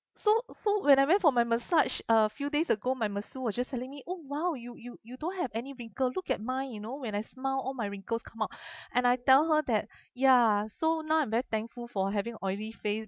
so so when I went for my massage uh few days ago my masseur was just telling me oh !wow! you you you don't have any wrinkle look at mine you know when I smile all my wrinkles come out and I tell her that ya so now I'm very thankful for having oily face